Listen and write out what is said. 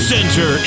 Center